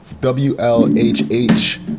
W-L-H-H